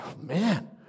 man